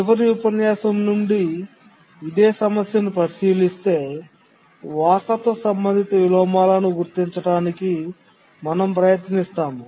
చివరి ఉపన్యాసం నుండి ఇదే సమస్యను పరిశీలిస్తే వారసత్వ సంబంధిత విలోమాలను గుర్తించడానికి మనం ప్రయత్నిస్తాము